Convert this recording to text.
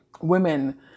women